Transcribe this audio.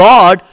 God